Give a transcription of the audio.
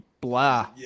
blah